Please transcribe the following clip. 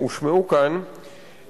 תודה רבה לשר לנדאו בשם השר לאיכות הסביבה.